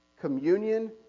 communion